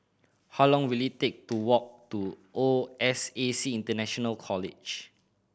how long will it take to walk to O S A C International College